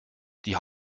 die